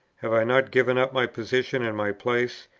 have i not given up my position and my place?